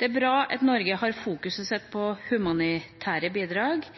Det er bra at Norge fokuserer på humanitære bidrag,